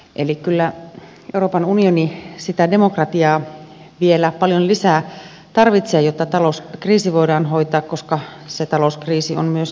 eli kyllä euroopan unioni sitä demokratiaa vielä paljon lisää tarvitsee jotta talouskriisi voidaan hoitaa koska se talouskriisi on myös demokratian kriisi